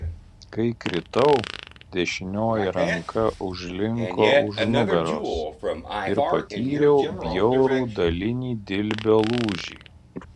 kai kritau dešinioji ranka užlinko už nugaros ir patyriau bjaurų dalinį dilbio lūžį